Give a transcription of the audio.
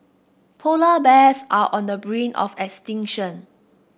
polar bears are on the brink of extinction